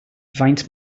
faint